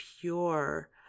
pure